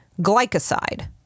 glycoside